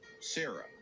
Sarah